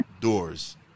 Doors